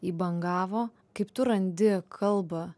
į bangavo kaip tu randi kalbą